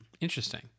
interesting